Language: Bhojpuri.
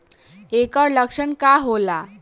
ऐकर लक्षण का होला?